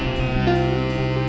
and